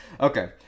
Okay